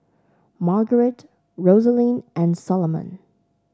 Margaret Rosaline and Solomon